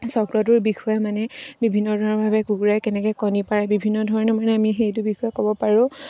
চক্ৰটোৰ বিষয়ে মানে বিভিন্ন ধৰণৰভাৱে কুকুৰাই কেনেকৈ কণী পাৰে বিভিন্ন ধৰণৰ মানে আমি সেইটো বিষয়ে ক'ব পাৰোঁ